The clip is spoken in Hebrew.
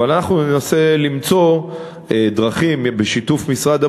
אבל אנחנו ננסה למצוא דרכים, בשיתוף משרד הפנים,